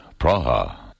Praha